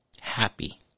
happy